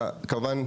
כמובן,